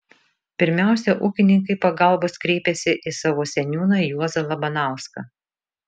pirmiausia ūkininkai pagalbos kreipėsi į savo seniūną juozą labanauską